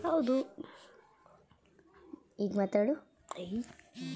ನೈಸರ್ಗಿಕ ರಬ್ಬರನ್ನು ಅನೇಕ ಅನ್ವಯಿಕೆ ಮತ್ತು ಉತ್ಪನ್ನದಲ್ಲಿ ಇತರ ವಸ್ತುಗಳ ಸಂಯೋಜನೆಲಿ ಬಳಸ್ತಾರೆ